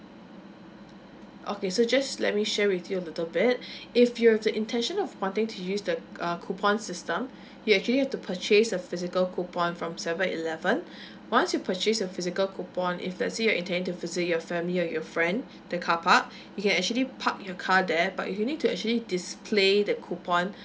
okay so just let me share with you a little bit if you have the intention of wanting to use the err coupon system you actually have to purchase the physical coupon from seven eleven once you purchased a physical coupon if let's you're intending to visit your family or your friend the carpark you can actually park your car there but you need to actually display that coupon